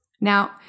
Now